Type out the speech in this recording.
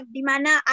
Dimana